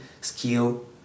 skill